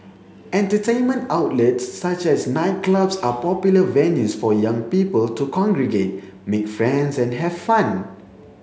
entertainment outlets such as nightclubs are popular venues for young people to congregate make friends and have fun